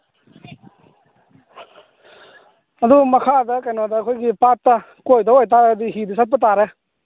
ꯑꯗꯨ ꯃꯈꯥꯗ ꯀꯩꯅꯣꯗ ꯑꯩꯈꯣꯏꯒꯤ ꯄꯥꯠꯇ ꯀꯣꯏꯗꯧ ꯑꯣꯏ ꯇꯥꯔꯒꯗꯤ ꯍꯤꯗ ꯆꯠꯄ ꯇꯥꯔꯦ